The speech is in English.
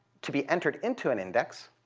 to be entered into an index,